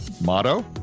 Motto